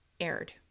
aired